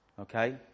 okay